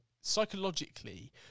psychologically